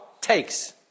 takes